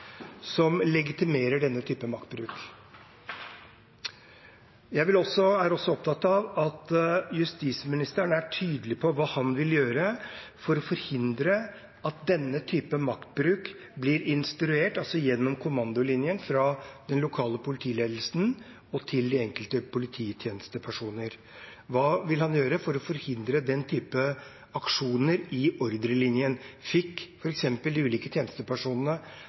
som legitimerer denne typen makt. Jeg er også opptatt av at justisministeren er tydelig på hva han vil gjøre for å forhindre at denne typen maktbruk blir instruert gjennom kommandolinjen fra den lokale politiledelsen og til de enkelte polititjenestepersoner. Hva vil han gjøre for å forhindre den type aksjoner i ordrelinjen? Fikk f.eks. de ulike tjenestepersonene